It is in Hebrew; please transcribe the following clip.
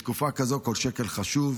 בתקופה כזו כל שקל חשוב.